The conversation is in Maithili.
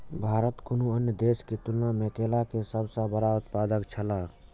भारत कुनू अन्य देश के तुलना में केला के सब सॉ बड़ा उत्पादक छला